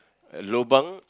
uh lobang